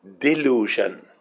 delusion